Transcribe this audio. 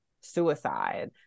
suicide